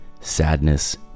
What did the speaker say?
sadness